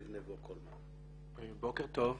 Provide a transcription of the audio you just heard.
בוקר טוב.